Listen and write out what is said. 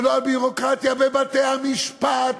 ולא על ביורוקרטיה בבתי-המשפט.